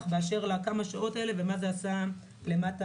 באשר לכמה שעות האלה ומה זה עשה למשרתים.